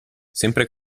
sempre